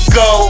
go